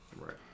Right